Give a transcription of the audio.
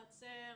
חצר,